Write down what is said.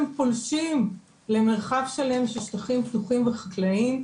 פולשים למרחב שלם של שטחים פתוחים וחקלאיים,